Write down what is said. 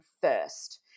first